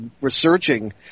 researching